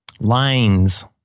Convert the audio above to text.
Lines